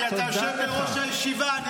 כי אתה יושב בראש הישיבה.